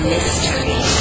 Mystery